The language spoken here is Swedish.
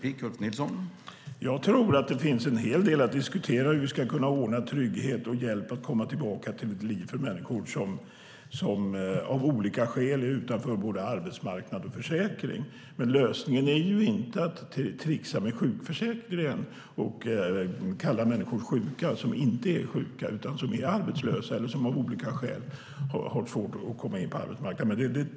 Herr talman! Jag tror att det finns en hel del att diskutera om hur vi ska ordna trygghet och hjälp att komma tillbaka till ett liv för människor som av olika skäl är utanför både arbetsmarknad och försäkring. Lösningen är inte att tricksa med sjukförsäkringen och kalla människor sjuka som inte är sjuka utan som är arbetslösa eller av olika skäl har svårt att komma in på arbetsmarknaden.